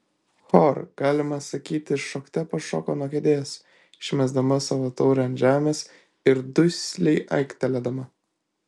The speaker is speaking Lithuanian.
hor galima sakyti šokte pašoko nuo kėdės išmesdama savo taurę ant žemės ir dusliai aiktelėdama